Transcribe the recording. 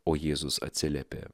o jėzus atsiliepė